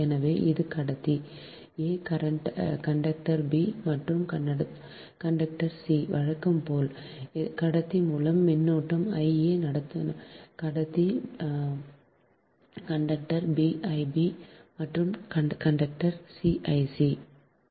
எனவே இது கடத்தி a கண்டக்டர் b மற்றும் கண்டக்டர் c வழக்கம் போல் கடத்தி மூலம் மின்னோட்டம் I a conductor b I b மற்றும் கண்டக்டர் c I c